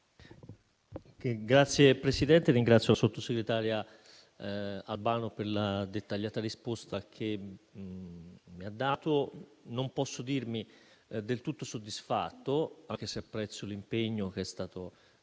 Signor Presidente, ringrazio la sottosegretaria Albano per la dettagliata risposta che ha dato. Non posso dirmi del tutto soddisfatto, anche se apprezzo l'impegno che è stato